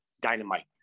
dynamite